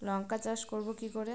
লঙ্কা চাষ করব কি করে?